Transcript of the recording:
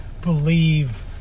believe